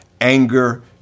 anger